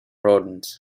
rodents